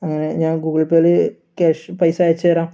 അങ്ങനെ ഞാൻ ഗൂഗിൾ പേയില് ക്യാഷ് പൈസ അയച്ചു തരാം